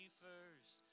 first